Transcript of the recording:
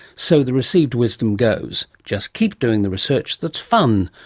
so the received wisdom goes, just keep doing the research that's fun,